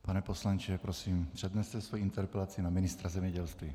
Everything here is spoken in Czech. Pane poslanče, prosím, předneste svoji interpelaci na ministra zemědělství.